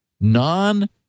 non